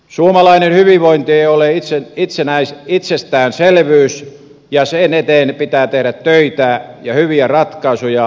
suomalainen hyvinvointi ei ole itsestäänselvyys ja sen eteen pitää tehdä töitä ja hyviä ratkaisuja